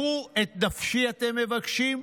את נפשי אתם מבקשים?